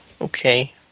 okay